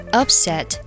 upset